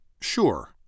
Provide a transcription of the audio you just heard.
sure